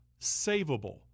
savable